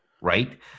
Right